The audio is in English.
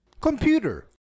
Computer